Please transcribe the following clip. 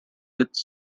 its